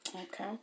Okay